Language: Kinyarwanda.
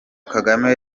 kagame